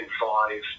five